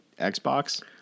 Xbox